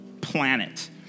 planet